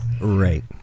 Right